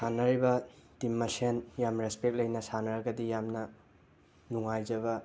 ꯁꯥꯟꯅꯔꯤꯕ ꯇꯤꯝ ꯃꯁꯦꯟ ꯌꯥꯝ ꯔꯦꯁꯄꯦꯛ ꯂꯩꯅ ꯁꯥꯟꯅꯔꯒꯗꯤ ꯌꯥꯝꯅ ꯅꯨꯡꯉꯥꯏꯖꯕ